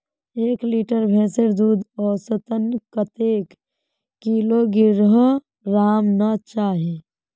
एक लीटर भैंसेर दूध औसतन कतेक किलोग्होराम ना चही?